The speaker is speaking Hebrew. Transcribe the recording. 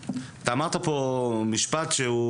אני אתחיל מבת ים ואומר שאנחנו רואים שדברים משתנים לטובה.